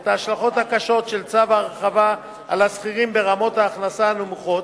את ההשלכות הקשות של צו ההרחבה על השכירים ברמות ההכנסה הנמוכות,